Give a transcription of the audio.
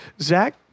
Zach